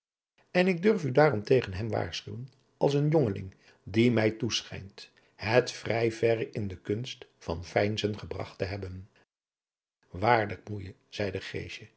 en ik durf u daarom tegen hem waarschuwen als een jongeling die mij toeschijnt het vrij verre in de kunst van veinzen gebragt te hebben waarlijk moeije zeide